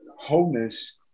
Wholeness